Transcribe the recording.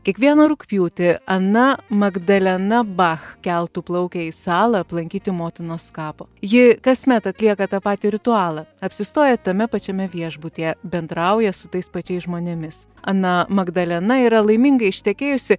kiekvieną rugpjūtį ana magdalena bach keltu plaukia į salą aplankyti motinos kapo ji kasmet atlieka tą patį ritualą apsistoja tame pačiame viešbutyje bendrauja su tais pačiais žmonėmis ana magdalena yra laimingai ištekėjusi